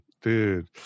dude